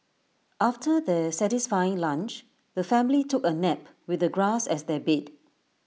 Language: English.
after their satisfying lunch the family took A nap with the grass as their bed